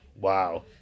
Wow